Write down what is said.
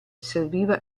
serviva